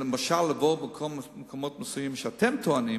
למשל במקומות מסוימים שאתם טוענים